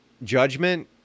Judgment